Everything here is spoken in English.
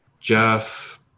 Jeff